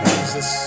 Jesus